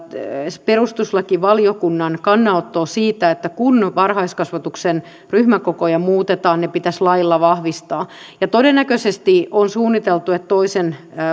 perustuslakivaliokunnan kannanottoa siitä että kun varhaiskasvatuksen ryhmäkokoja muutetaan ne pitäisi lailla vahvistaa ja todennäköisesti on suunniteltu että toisen